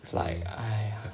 it's like !aiya!